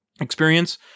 experience